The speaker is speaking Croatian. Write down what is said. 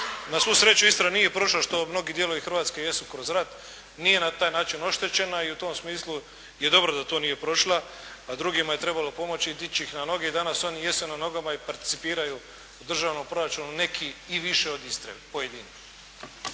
Na svu sreću Istra nije prošla što mnogi dijelovi Hrvatske jesu kroz rat, nije na taj način oštećena i u tom smislu je dobro da to nije prošla, a drugima je trebalo pomoći i dići ih na noge, i danas oni jesu na nogama i participiraju u državnom proračunu, neki i više od Istre, pojedini.